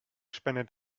spendet